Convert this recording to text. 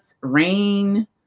Rain